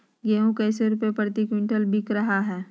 गेंहू कैसे रुपए प्रति क्विंटल बिक रहा है?